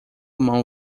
mão